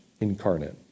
incarnate